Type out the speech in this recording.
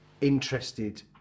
interested